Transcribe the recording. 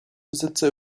besitzer